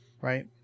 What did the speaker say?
right